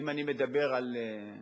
אם אני מדבר על,